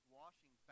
washing